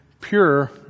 pure